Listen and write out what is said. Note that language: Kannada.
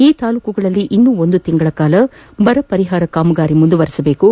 ಈ ತಾಲ್ಲೂಕುಗಳಲ್ಲಿ ಇನ್ನೂ ಒಂದು ತಿಂಗಳ ಕಾಲ ಬರ ಕಾಮಗಾರಿ ಮುಂದುವರಿಸಬೇಕು